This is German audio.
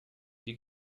viel